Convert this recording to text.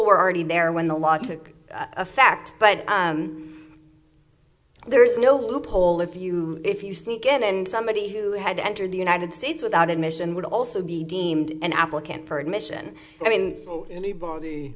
were already there when the law took effect but there is no loophole if you if you sneak in and somebody who had entered the united states without admission would also be deemed an applicant for admission i mean anybody